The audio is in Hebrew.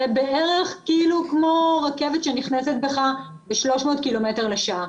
זה בערך כאילו כמו רכבת שנכנסת בך ב-300 קילומטר לשעה